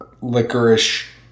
licorice